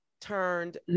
turned